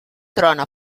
trona